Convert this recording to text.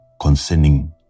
concerning